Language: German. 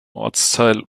ortsteil